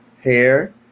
hair